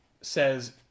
says